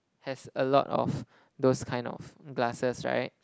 has a lot of those kind of glasses right